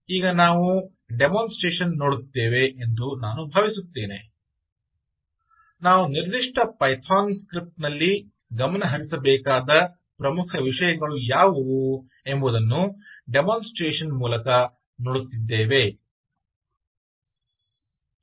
ಆದ್ದರಿಂದ ಈಗ ನಾವು ಡೆಮೊಸ್ಟ್ರೇಷನ್ ನೋಡುತ್ತೇವೆ ಎಂದು ನಾನು ಭಾವಿಸುತ್ತೇನೆ ನಾವು ನಿರ್ದಿಷ್ಟ ಪೈಥಾನ್ ಸ್ಕ್ರಿಪ್ಟ್ ನಲ್ಲಿ ಗಮನಹರಿಸಬೇಕಾದ ಪ್ರಮುಖ ವಿಷಯಗಳು ಯಾವುವು ಎಂಬುದನ್ನು ಡೆಮೊಸ್ಟ್ರೇಷನ್ ಮೂಲಕ ನೋಡುತ್ತಿದ್ದೇವೆ